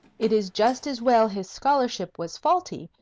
it is just as well his scholarship was faulty,